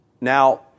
now